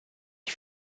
die